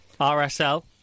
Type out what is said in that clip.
RSL